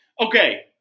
Okay